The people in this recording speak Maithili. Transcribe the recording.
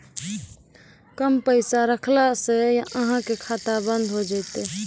कम पैसा रखला से अहाँ के खाता बंद हो जैतै?